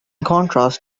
contrast